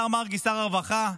השר מרגי, שר הרווחה,